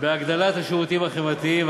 בהגדלת השירותים החברתיים.